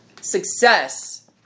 Success